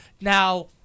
Now